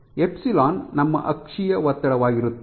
epsilon ನಮ್ಮ ಅಕ್ಷೀಯ ಒತ್ತಡವಾಗಿರುತ್ತದೆ